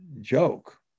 joke